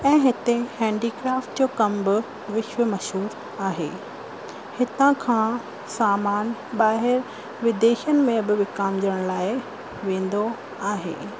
ऐं हिते हैंडीक्राफ्ट जो कमु बि विश्व मशहूर आहे हितां खां सामानु ॿाहिरि विदेशनि में बि विकामजण लाइ वेंदो आहे